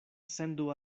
sendu